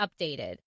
updated